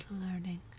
learning